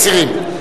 מסירים.